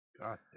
god